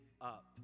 up